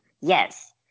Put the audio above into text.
yes